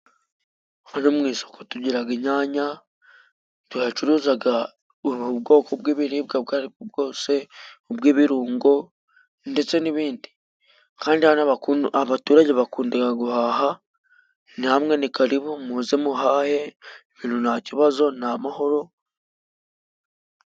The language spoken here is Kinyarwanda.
Hano mu isoko tugiraga inyanya turacuruzaga buri bwoko bw'ibiribwa ubwori bwose. Ubw'ibirungo ndetse n'ibindi. Kandi hano abaturage bakundaga guhaha. Namwe ni karibu muze muhahe ibintu nta kibazo ni amahoro.